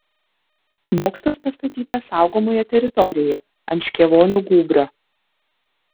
bokštas pastatytas saugomoje teritorijoje ant škėvonių gūbrio